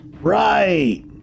Right